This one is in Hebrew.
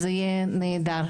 אז זה יהיה נהדר.